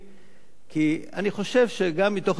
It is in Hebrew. כי אני חושב שגם מתוך היכרותך אתי,